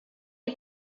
die